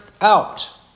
out